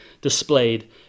displayed